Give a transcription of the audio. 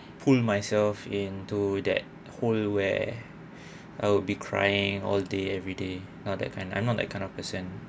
pull myself into that hole where I'll be crying all day every day you know that kind I'm not that kind of person